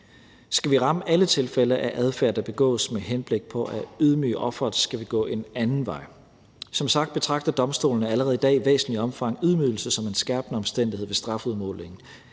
Skal vi ramme alle tilfælde af adfærd, der begås med henblik på at ydmyge offeret, skal vi gå en anden vej. Som sagt betragter domstolene allerede i dag i væsentligt omfang ydmygelse som en skærpende omstændighed ved strafudmålingen.